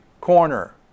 corner